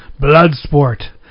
Bloodsport